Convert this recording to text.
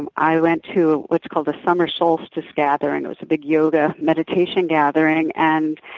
and i went to what's called a summer solstice gathering. it was a big yoga, meditation gathering and